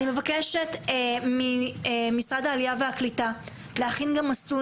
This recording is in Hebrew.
אני מבקשת ממשרד העלייה והקליטה להכין גם מסלול